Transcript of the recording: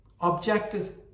objected